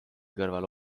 kõrvale